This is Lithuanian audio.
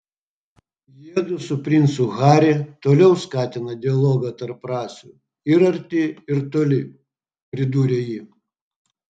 jiedu su princu harry toliau skatina dialogą tarp rasių ir arti ir toli pridūrė ji